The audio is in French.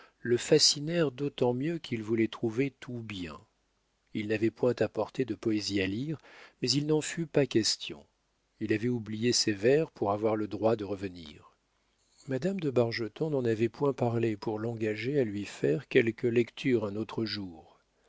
le fascinèrent d'autant mieux qu'il voulait trouver tout bien il n'avait point apporté de poésie à lire mais il n'en fut pas question il avait oublié ses vers pour avoir le droit de revenir madame de bargeton n'en avait point parlé pour l'engager à lui faire quelque lecture un autre jour